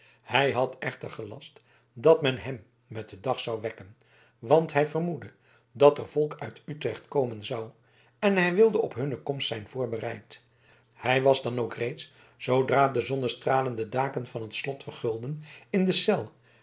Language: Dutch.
hij had echter gelast dat men hem met den dag zou wekken want hij vermoedde dat er volk uit utrecht komen zou en hij wilde op hunne komst zijn voorbereid hij was dan ook reeds zoodra de zonnestralen de daken van het slot vergulden in de cel